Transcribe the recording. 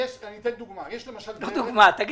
בשעתו דובר על 200 מיליון שקל.